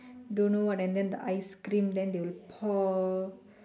don't know what and then the ice cream and then they will pour